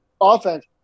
offense